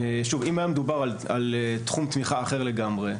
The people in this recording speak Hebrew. אם היה מדובר על תחום תמיכה אחר לגמרי,